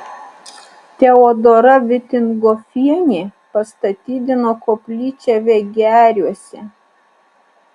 teodora vitingofienė pastatydino koplyčią vegeriuose